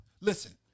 Listen